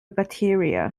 bacteria